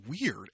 weird